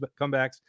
comebacks